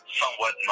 somewhat